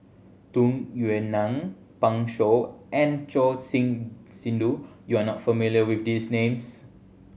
Tung Yue Nang Pan Shou and Choor Singh Sidhu you are not familiar with these names